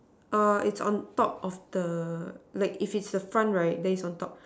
err it's on top of the like if it's the front right then it's on top